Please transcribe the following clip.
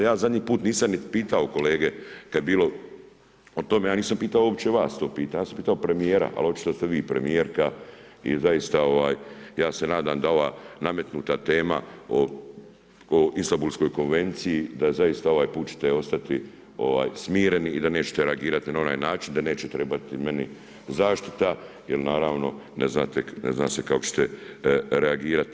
Ja zadnji put nisam nit pitao kolege kad je bilo o tome, ja nisam pitao uopće vas to pitanje, ja sam pitao premijera, ali očito ste vi premijerka i zaista ja se nadam da ova nametnuta tema o Istanbulskoj konvenciji, da zaista ovaj put ćete ostati smireni i da nećete reagirati na onaj način da neće trebati meni zaštita jer naravno ne zna se kako ćete reagirati.